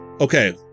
Okay